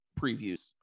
previews